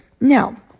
Now